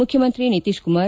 ಮುಖ್ಯಮಂತ್ರಿ ನಿತೀಶ್ಕುಮಾರ್